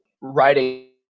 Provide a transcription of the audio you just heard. writing